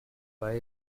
why